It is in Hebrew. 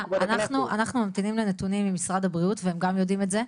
אנחנו ממתינים לנתונים ממשרד הבריאות והם גם יודעים את זה,